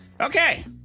Okay